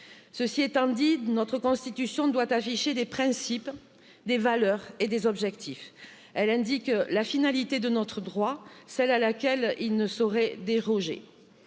ceci étant dit notre Constitution doit afficher des principes, des valeurs et des objectifs elle indique la finalité de notre droit celle à laquelle il ne saurait déroger